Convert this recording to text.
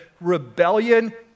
rebellion